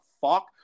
fuck